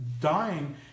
dying